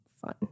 fun